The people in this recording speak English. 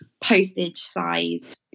postage-sized